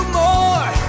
more